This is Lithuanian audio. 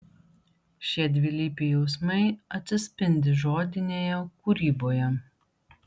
šie dvilypiai jausmai atsispindi žodinėje kūryboje